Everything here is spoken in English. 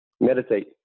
Meditate